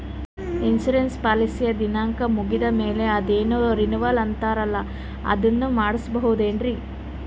Insurance ಪಾಲಿಸಿಯ ದಿನಾಂಕ ಮುಗಿದ ಮೇಲೆ ಅದೇನೋ ರಿನೀವಲ್ ಅಂತಾರಲ್ಲ ಅದನ್ನು ಮಾಡಿಸಬಹುದೇನ್ರಿ?